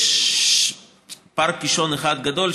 יש פארק קישון אחד גדול,